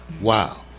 wow